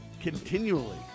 continually